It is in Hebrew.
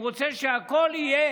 הוא רוצה שהכול יהיה